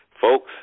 folks